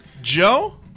Joe